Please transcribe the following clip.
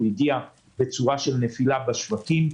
הוא הגיע בצורה של נפילה בשווקים.